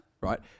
Right